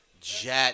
jet